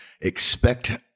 expect